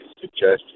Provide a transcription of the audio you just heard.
suggestion